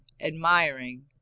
admiring